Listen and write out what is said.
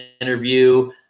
interview